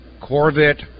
Corvette